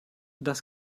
das